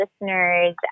listeners